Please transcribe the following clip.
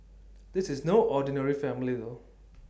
this is no ordinary family though